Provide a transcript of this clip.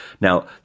Now